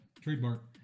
Trademark